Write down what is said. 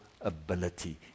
ability